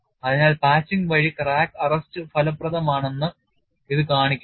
അതിനാൽ പാച്ചിംഗ് വഴി crack arrest ഫലപ്രദമാണെന്ന് ഇത് കാണിക്കുന്നു